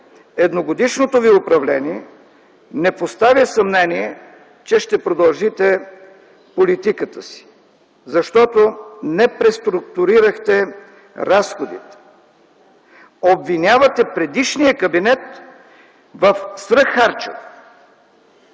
едногодишното ви управление не поставя съмнение, че по-скоро ще продължите порочната си политика, защото не преструктурирахте разходите. Обвинявате предишния кабинет в свръх харчове.